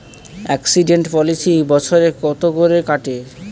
Accident policy বছরে কত করে কাটে?